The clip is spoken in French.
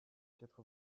quatre